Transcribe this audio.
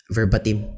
Verbatim